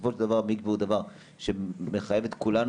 בסופו של דבר מקווה הוא דבר שמחייב את כולנו.